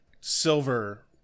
silver